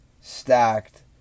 stacked